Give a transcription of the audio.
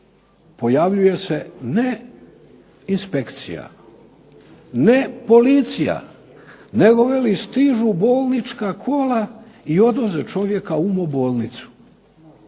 pojavljuje se ne inspekcija, ne policija, nego veli stižu bolnička kola i odvoze čovjeka u umobolnicu.